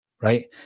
Right